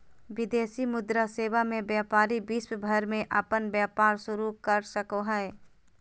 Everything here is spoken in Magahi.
विदेशी मुद्रा सेवा मे व्यपारी विश्व भर मे अपन व्यपार शुरू कर सको हय